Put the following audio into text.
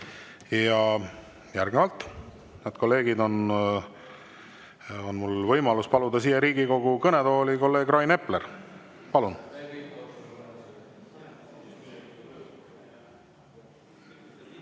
Järgnevalt, head kolleegid, on mul võimalus paluda siia Riigikogu kõnetooli kolleeg Rain Epler. Palun!